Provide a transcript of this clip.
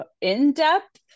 in-depth